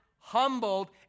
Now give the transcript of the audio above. Humbled